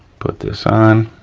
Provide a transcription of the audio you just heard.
put this on,